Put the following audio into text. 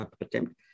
attempt